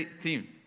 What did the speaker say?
team